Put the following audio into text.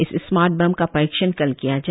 इस smart bomb का परीक्षण कल किया गया